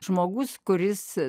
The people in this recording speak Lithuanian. žmogus kuris